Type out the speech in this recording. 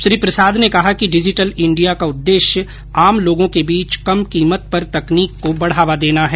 श्री प्रसाद ने कहा कि डिजिटल इंडिया का उद्देश्य आम लोगों के बीच कम कीमत पर तकनीक को बढ़ावा देना है